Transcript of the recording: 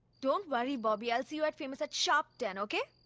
don't worry, bobby. i'll see you at famous at sharp ten. ok?